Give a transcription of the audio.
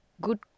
good